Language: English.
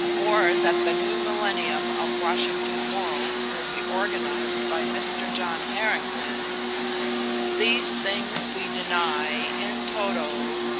or that the new millennium of washington morals will be organized by mr. john harrington these things we deny in toto,